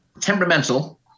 temperamental